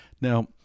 Now